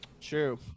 true